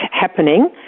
happening